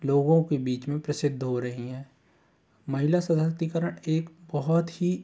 लोगों के बीच में प्रसिद्ध हो रही हैं महिला सशक्तिकरण एक बहुत ही